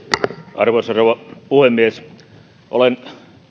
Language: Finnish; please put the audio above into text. arvoisa rouva puhemies olen